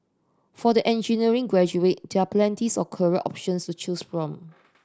for the engineering graduate there are plenty's of career options to choose from